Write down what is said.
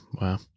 wow